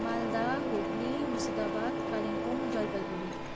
Malda Hooghly Murshidabad Kalimpong Jalpaiguri